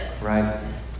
right